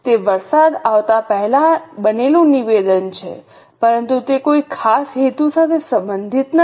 તે વરસાદ આવતા પહેલા બનેલું નિવેદન છે પરંતુ તે કોઈ ખાસ હેતુ સાથે સંબંધિત નથી